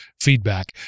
feedback